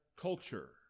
culture